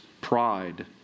pride